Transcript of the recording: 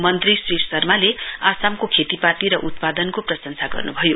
मन्त्री श्री शर्माले आसामको खेतीपाती र उत्पादनको प्रशंसा गर्नुभयो